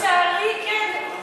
לצערי, כן.